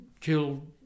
killed